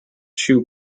chew